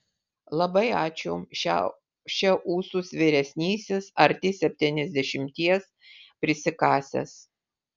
labai ačiū šiaušia ūsus vyresnysis arti septyniasdešimties prisikasęs